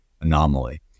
anomaly